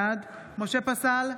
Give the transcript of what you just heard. בעד משה פסל,